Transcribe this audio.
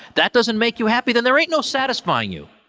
that doesn't make you happy? then, there ain't no satisfying you,